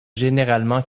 généralement